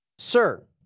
Sir